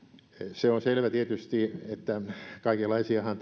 se on selvä tietysti että kaikenlaisiahan